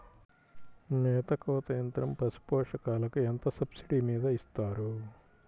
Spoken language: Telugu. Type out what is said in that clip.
మేత కోత యంత్రం పశుపోషకాలకు ఎంత సబ్సిడీ మీద ఇస్తారు?